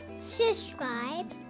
subscribe